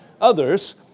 others